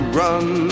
run